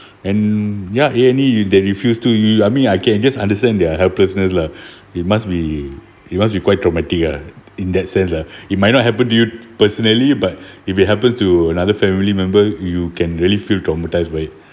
and ya A and E they refuse to you I mean I can just understand their helplessness lah it must be it must be quite dramatic lah in that sense lah it might not happen to you personally but if it happen to another family member you can really feel traumatised